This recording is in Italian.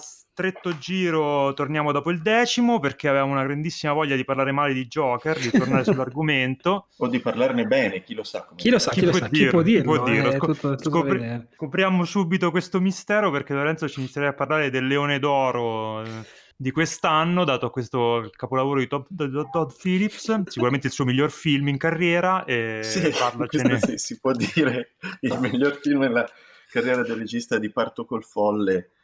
stretto giro, torniamo dopo il decimo, perché avevamo una grandissima voglia di parlare male di Joker, di tornare sull'argomento. O di parlarne bene, chi lo sa come- Chi lo sa, Chi chi lo può sa, chi può dire, chi può dirlo, dire? eh, Scop- tutto- tutto da scopri- vedere. scopriamo subito questo mistero, perché Lorenzo ci inizierà a parlare del Leone d'Oro, eh, di quest'anno, dato questo capolavoro di Todd- Todd Phillips, sicuramente il suo miglior film in carriera, e Sì, parlacene. questo sì, si può dire, il miglior film nella carriera del regista di Parto col Folle.